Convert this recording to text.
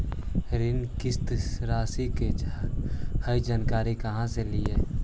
ऋण किस्त रासि का हई जानकारी कहाँ से ली?